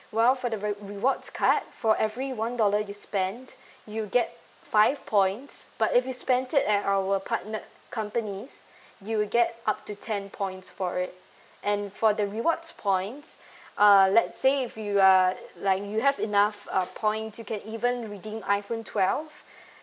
while for the ve~ rewards card for every one dollar you spent you get five points but if you spent it at our partnered companies you will get up to ten points for it and for the rewards points uh let's say if you are like you have enough uh points you can even redeem iphone twelve